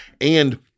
And-